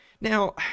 now